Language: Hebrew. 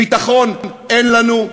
ביטחון אין לנו,